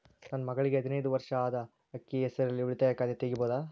ನನ್ನ ಮಗಳಿಗೆ ಹದಿನೈದು ವರ್ಷ ಅದ ಅಕ್ಕಿ ಹೆಸರಲ್ಲೇ ಉಳಿತಾಯ ಖಾತೆ ತೆಗೆಯಬಹುದಾ?